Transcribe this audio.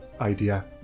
idea